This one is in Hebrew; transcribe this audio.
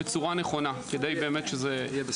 צריך להסדיר את כל הדברים האלה כדי שזה יהיה